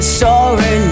sorry